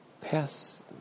pass